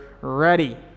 ready